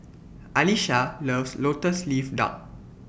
Alisha loves Lotus Leaf Duck